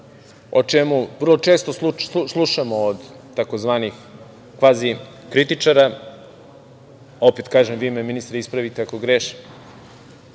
o čemu vrlo često slušamo od tzv. kvazi kritičara, opet kažem vi me ministre ispravite ako grešim,